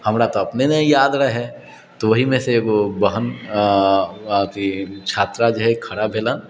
हमरा तऽ अपने नहि याद रहै तऽ ओहिमेसँ एगो बहन अथि छात्रा जे हइ खड़ा भेलनि